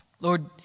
Lord